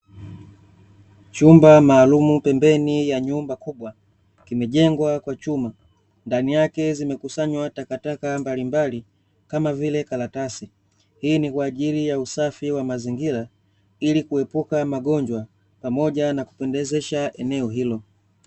Chumba maalumu pembeni ya nyumba kubwa kimejengwa kwa chuma, ndani yake zimekusanywa takataka mbalimbali kama vile karatasi, hii ni kwaajili ya usafi wa mazingira ili kuepuka magonjwa, pamoja na kupendezesha eneo hilo.